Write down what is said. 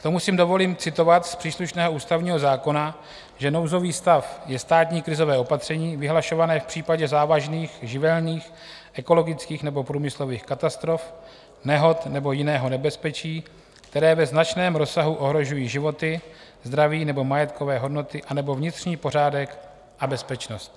K tomu si dovolím citovat z příslušného ústavního zákona, že nouzový stav je státní krizové opatření vyhlašované v případě závažných živelních, ekologických nebo průmyslových katastrof, nehod nebo jiného nebezpečí, které ve značném rozsahu ohrožují životy, zdraví nebo majetkové hodnoty anebo vnitřní pořádek a bezpečnost.